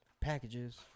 packages